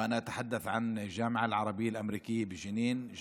ואני מדבר על האוניברסיטה הערבית האמריקאית בג'נין,